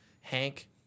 Hank